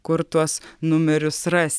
kur tuos numerius ras